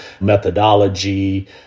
methodology